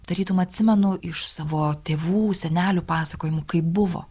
tarytum atsimenu iš savo tėvų senelių pasakojimų kaip buvo